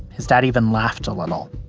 his dad even laughed a little.